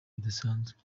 bidasanzwe